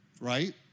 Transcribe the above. right